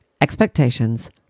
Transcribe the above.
expectations